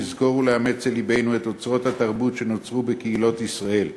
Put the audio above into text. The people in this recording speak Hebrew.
לזכור ולאמץ אל לבנו את אוצרות התרבות שנוצרו בקהילות ישראל,